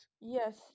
yes